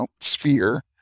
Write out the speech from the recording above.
sphere